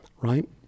right